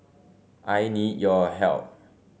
I need your help